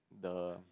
the